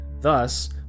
Thus